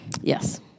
Yes